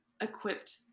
equipped